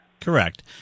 Correct